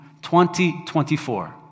2024